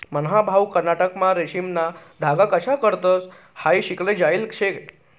मन्हा भाऊ कर्नाटकमा रेशीमना धागा कशा काढतंस हायी शिकाले जायेल शे